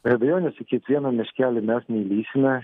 be abejonės į kiekvieną miškelį mes neįlįsime